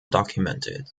documented